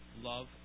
love